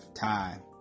time